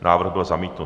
Návrh byl zamítnut.